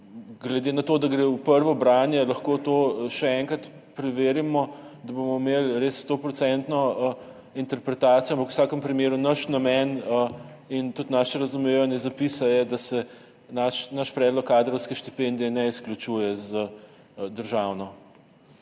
Glede na to, da gre v prvo branje, lahko to še enkrat preverimo, da bomo imeli res stoodstotno interpretacijo, ampak v vsakem primeru naš namen in tudi naše razumevanje zapisa je, da se naš predlog kadrovske štipendije ne izključuje z državno.